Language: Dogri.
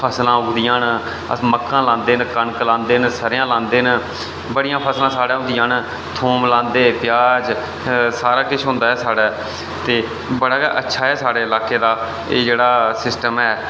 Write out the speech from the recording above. फसलां उगदियां न अस मक्कां लांदे न कनक लांदे न सरेआं लांदे न बड़ियां फसलां साढ़ै होंदियां न थूम लांदे प्याज सारा किश होंदा ऐ साढ़ै ते बड़ा अच्छा ऐ साढ़े लाके दा एह् जेह्ड़ा सिस्टम ऐ